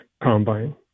combine